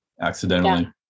accidentally